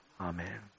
Amen